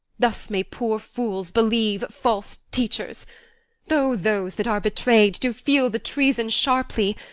thus may poor fools believe false teachers though those that are betray'd do feel the treason sharply,